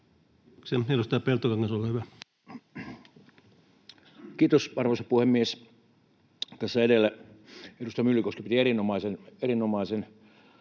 13:49 Content: Kiitos, arvoisa puhemies! Tässä edellä edustaja Myllykoski piti erinomaisen